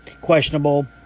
questionable